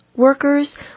Workers